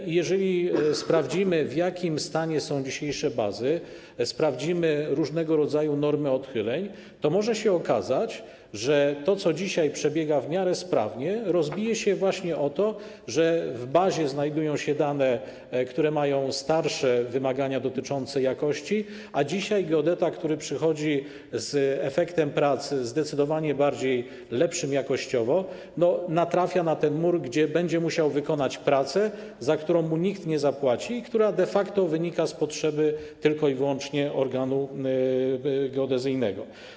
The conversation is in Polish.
I jeżeli sprawdzimy, w jakim stanie są dzisiejsze bazy, sprawdzimy różnego rodzaju normy odchyleń, to może się okazać, że to, co dzisiaj przebiega w miarę sprawnie, rozbije się właśnie o to, że w bazie znajdują się dane, które mają starsze wymagania dotyczące jakości, a dzisiaj geodeta, który przychodzi z efektem prac zdecydowanie lepszym jakościowo, natrafia na mur, że będzie musiał wykonać pracę, za którą mu nikt nie zapłaci i która de facto wynika z potrzeby tylko i wyłącznie organu geodezyjnego.